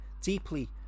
deeply